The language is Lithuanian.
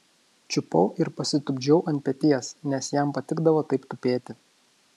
čiupau ir pasitupdžiau ant peties nes jam patikdavo taip tupėti